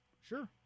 Sure